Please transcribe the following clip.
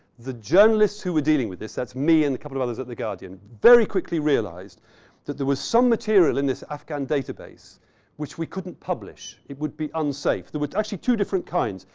the journalists who were dealing with this, that's me and a couple of others at the guardian, very quickly realized that there was some material in this afghan database which we couldn't publish. it would be unsafe. there were actually two different kinds.